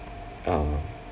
uh